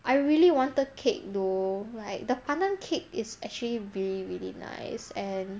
I really wanted cake though like the pandan cake is actually really really nice and